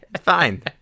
Fine